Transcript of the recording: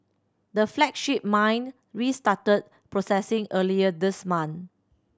the flagship mine restarted processing earlier this month